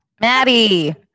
Maddie